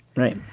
right. yeah